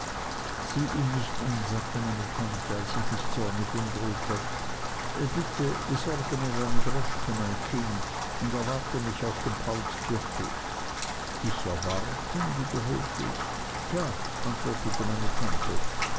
sieh ihn nicht an sagte meine tante als ich mich zornig umdrehte bitte besorge mir eine droschke mein kind und erwarte mich auf dem paulskirchhof dich erwarten wiederholte ich ja antwortete meine tante